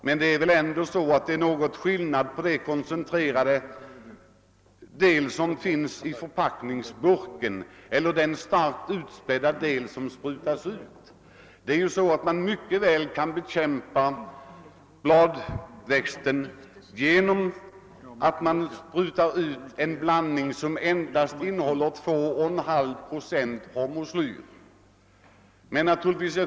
Men det är ändå en viss skillnad mellan det koncentrerade ämne som finns i förpackningsburken och den starkt utspädda lösning som man sprutar ut. Man kan mycket väl bekämpa bladväxten genom att spruta ut en blandning, som endast innehåller 2,5 procent hormoslyr.